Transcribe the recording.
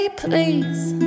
please